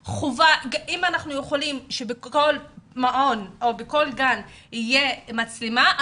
אם אנחנו יכולים לגרום לכך שבכל מעון או בכל גן תהיה מצלמה,